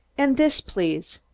and this, please.